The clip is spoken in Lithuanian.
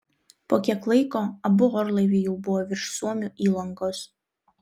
po kiek laiko abu orlaiviai jau buvo virš suomių įlankos